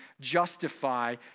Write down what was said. justify